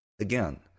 Again